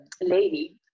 lady